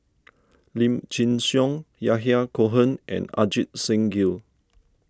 Lim Chin Siong Yahya Cohen and Ajit Singh Gill